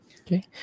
Okay